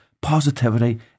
positivity